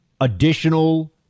additional